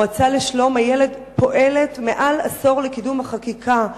המועצה לשלום הילד פועלת מעל עשור לקידום החקיקה,